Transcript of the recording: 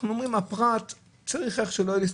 אנחנו אומרים שהפרט צריך להסתדר.